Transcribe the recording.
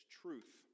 truth